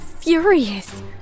furious